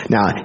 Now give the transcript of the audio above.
Now